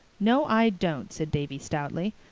no, i don't, said davy stoutly.